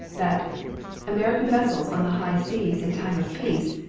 that american vessels on the high seas in time of peace,